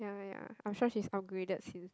ya ya I'm sure she's upgraded since